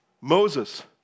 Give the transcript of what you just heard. Moses